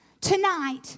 tonight